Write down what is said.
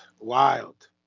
Wild